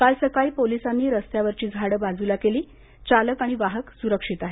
काल सकाळी पोलिसांनी रस्त्यावरची झाडं बाजूला केली चालक आणि वाहक सुरक्षित आहेत